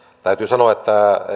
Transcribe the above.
täytyy sanoa että